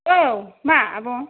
औ मा आब'